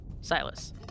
Silas